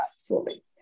fully